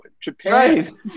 Japan